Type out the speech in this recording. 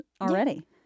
already